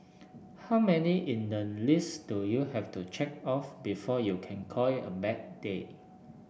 how many in the list do you have to check off before you can call it a bad day